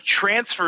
transfer